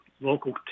local